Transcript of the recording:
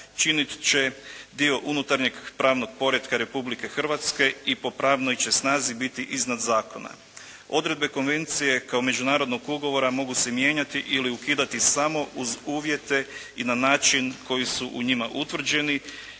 činiti će dio unutarnjeg pravnog poretka Republike Hrvatske i po pravnoj će snazi biti iznad zakona. Odredbe Konvencije kao međunarodnog ugovora mogu se mijenjati ili ukidati samo uz uvjete i na način koji su u njima utvrđeni